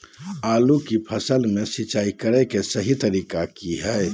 आलू की फसल में सिंचाई करें कि सही तरीका की हय?